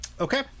okay